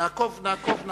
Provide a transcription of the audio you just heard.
נעקוב, נעקוב.